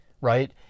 right